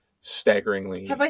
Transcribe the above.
staggeringly